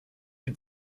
die